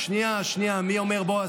שנייה, שנייה, מי אומר "בועז"?